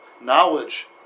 knowledge